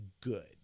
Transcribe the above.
good